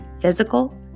physical